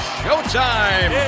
showtime